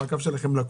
המעקב שלכם לקוי.